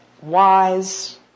wise